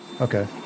Okay